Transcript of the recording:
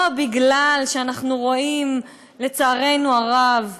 לא בגלל שאנחנו רואים, לצערנו הרב,